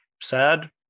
sad